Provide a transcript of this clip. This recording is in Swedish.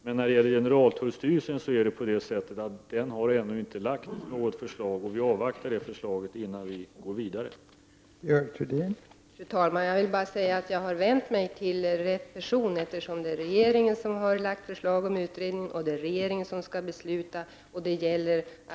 Men generaltullstyrelsen har ännu inte framlagt något förslag, och vi avvaktar dess förslag innan vi går vidare i frågan.